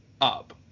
up